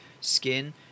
skin